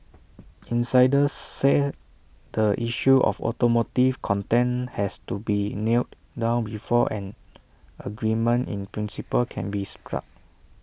insiders say the issue of automotive content has to be nailed down before an agreement in principle can be struck